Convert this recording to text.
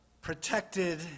protected